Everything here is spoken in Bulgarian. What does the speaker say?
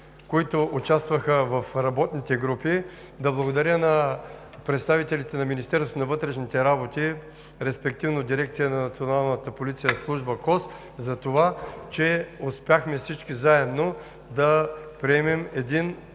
които участваха в работните групи, да благодаря на представителите на Министерството на вътрешните работи, респективно дирекция на Националната полиция, служба „КОС“, за това, че успяхме всички заедно да приемем един